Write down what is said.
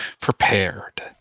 prepared